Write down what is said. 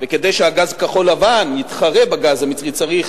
וכדי שהגז כחול-לבן יתחרה בגז המצרי, צריך